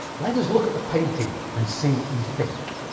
let us look at the painting and see what you think?